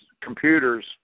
computers